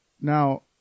Now